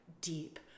deep